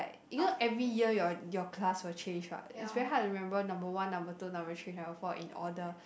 like you know every year your your class will change what it's very hard to remember number one number two number three number four in order